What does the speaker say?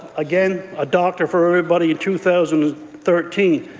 again, a doctor for everybody in two thousand and thirteen.